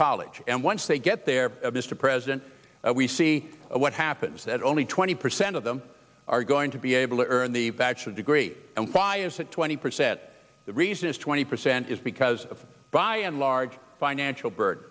college and once they get there mr president we see what happens that only twenty percent of them are going to be able to earn the bachelor degree and why is that twenty percent the reason is twenty percent is because of by and large financial burden